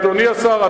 אדוני השר,